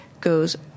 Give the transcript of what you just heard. goes